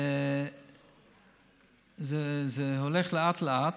זה הולך לאט-לאט,